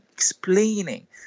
explaining